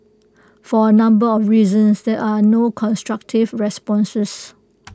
for A number of reasons there are not constructive responses